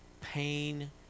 pain